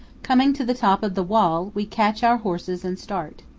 coming to the top of the wall, we catch our horses and start.